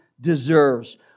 deserves